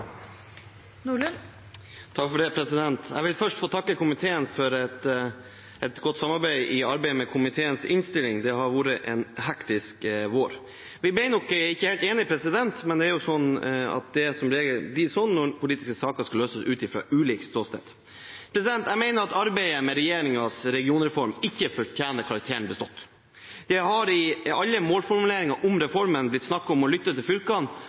Jeg vil først få takke komiteen for et godt samarbeid i arbeidet med komiteens innstilling. Det har vært en hektisk vår. Vi ble nok ikke helt enige, men det blir som regel slik når politiske saker skal løses ut fra ulike ståsteder. Jeg mener at arbeidet med regjeringens regionreform ikke fortjener karakteren «bestått». Det har i alle målformuleringer om reformen blitt snakket om å lytte til fylkene